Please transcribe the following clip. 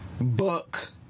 book